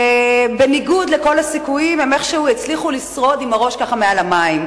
וכנגד כל הסיכויים הן איכשהו הצליחו לשרוד עם הראש מעל המים.